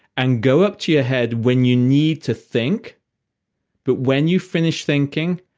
and go up to your head when you need to think but when you finish thinking,